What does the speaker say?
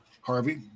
Harvey